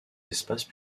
espaces